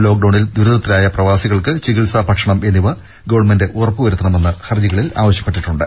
ലോക്ഡൌണിൽ ദുരിതത്തിലായ പ്രവാസികൾക്ക് ചികിത്സ ഭക്ഷണം എന്നിവ ഗവൺമെന്റ് ഉറപ്പുവരുത്തണമെന്നും ഹർജികളിൽ ആവശ്യപ്പെടുന്നുണ്ട്